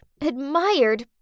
admired